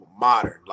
modern